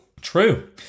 True